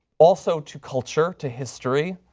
also to culture, to history,